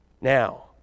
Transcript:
Now